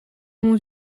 mon